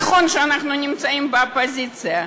נכון שאנחנו נמצאים באופוזיציה,